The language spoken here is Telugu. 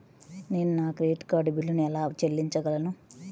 నేను నా క్రెడిట్ కార్డ్ బిల్లును ఎలా చెల్లించగలను?